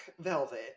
velvet